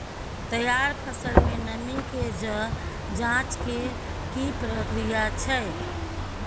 तैयार फसल में नमी के ज जॉंच के की प्रक्रिया छै?